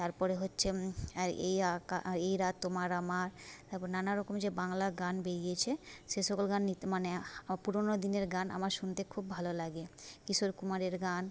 তার পরে হচ্ছে আর এই এই রাত তোমার আমার তারপর নানা রকম যে বাংলা গান বেরিয়েছে সে সকল গান মানে পুরনো দিনের গান আমার শুনতে খুব ভালো লাগে কিশোর কুমারের গান